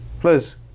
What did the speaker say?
Plus